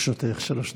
לרשותך שלוש דקות,